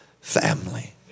family